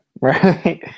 Right